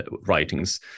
writings